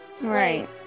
Right